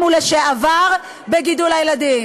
כאן היום: